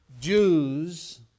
Jews